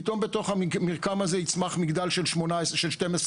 פתאום בתוך המרקם הזה יצמח מגדל של 12 קומות.